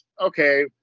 okay